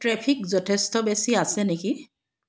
traffic যথেষ্ট বেছি আছে নেকি